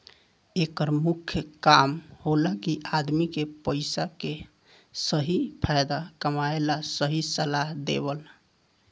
एकर मुख्य काम होला कि आदमी के पइसा के सही फायदा कमाए ला सही सलाह देवल